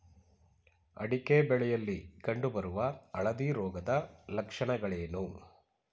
ಅಡಿಕೆ ಬೆಳೆಯಲ್ಲಿ ಕಂಡು ಬರುವ ಹಳದಿ ರೋಗದ ಲಕ್ಷಣಗಳೇನು?